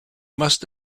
must